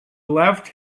left